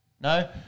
No